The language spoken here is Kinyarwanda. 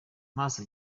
maso